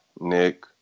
Nick